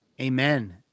amen